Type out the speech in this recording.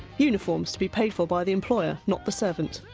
uniforms to be paid for by the employer, not the servant.